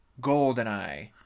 Goldeneye